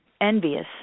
envious